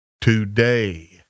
today